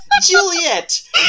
Juliet